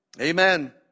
Amen